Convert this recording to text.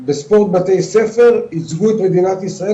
בתי ספר ייצגו את מדינת ישראל